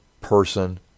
person